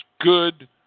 good